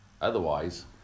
Otherwise